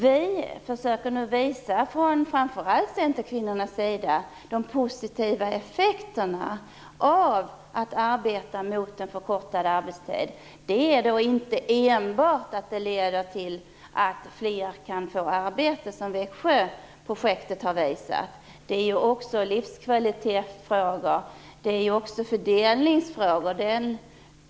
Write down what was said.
Nu försöker vi, framför allt från Centerkvinnornas sida, visa de positiva effekterna av att arbeta för en förkortad arbetstid. Det leder inte bara till att fler kan få arbete, vilket Växjöprojektet har visat, utan det handlar också om livskvalitetsfrågor och fördelningsfrågor.